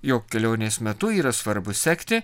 jog kelionės metu yra svarbu sekti